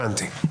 הבנתי.